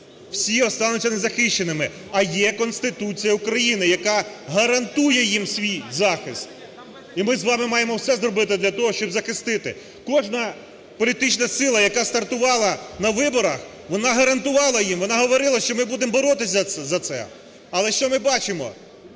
всі остануться незахищеними. А є Конституція України, яка гарантує їм свій захист. І ми з вами маємо все зробити для того, щоб захистити, кожна політична сила, яка стартувала на виборах, вона гарантувала їм, вона говорила, що ми будемо боротися за це. Але що ми бачимо,